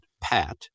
pat